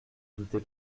doutez